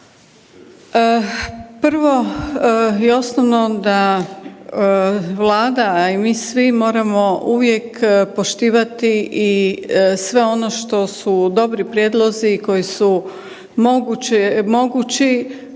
prvo i osnovno da Vlada, a i mi svi moramo uvijek poštivati i sve ono što su dobri prijedlozi koji su mogući